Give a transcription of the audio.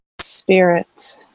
spirit